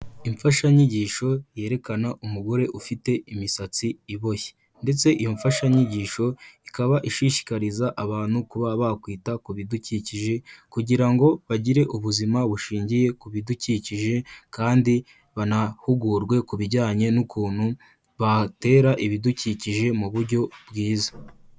Imfashanyigisho yerekana umugore ufite imisatsi iboshye ndetse iyo mfashanyigisho ikaba ishishikariza abantu kuba bakwita ku bidukikije kugira ngo bagire ubuzima bushingiye ku bidukikije kandi banahugurwe ku bijyanye n'ukuntu batera ibidukikije mu buryo bwiza.